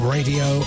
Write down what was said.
Radio